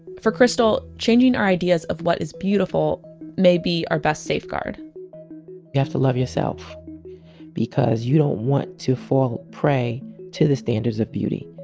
for krystal, changing our ideas of what is beautiful may be our best safeguard you have to love yourself because you don't want to fall prey to the standards of beauty.